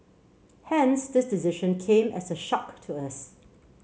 hence this decision came as a shock to us